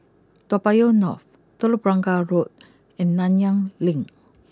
Toa Payoh North Telok Blangah Road and Nanyang Link